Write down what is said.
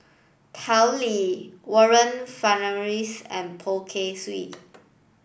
Tao Li Warren Fernandez and Poh Kay Swee